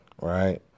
right